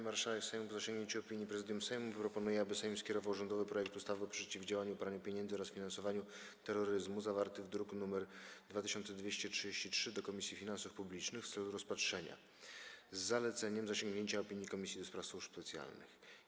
Marszałek Sejmu, po zasięgnięciu opinii Prezydium Sejmu, proponuje, aby Sejm skierował rządowy projekt ustawy o przeciwdziałaniu praniu pieniędzy oraz finansowaniu terroryzmu, zawarty w druku nr 2233, do Komisji Finansów Publicznych w celu rozpatrzenia, z zaleceniem zasięgnięcia opinii Komisji do Spraw Służb Specjalnych.